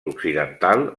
occidental